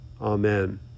Amen